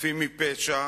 חפים מפשע,